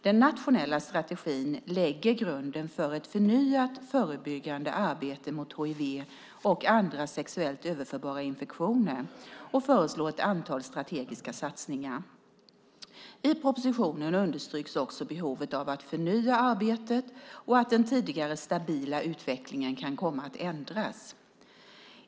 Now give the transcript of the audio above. Den nationella strategin lägger grunden för ett förnyat förebyggande arbete mot hiv och andra sexuellt överförbara infektioner och föreslår ett antal strategiska satsningar. I propositionen understryks också behovet av att förnya arbetet och att den tidigare stabila utvecklingen kan komma att ändras.